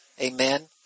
Amen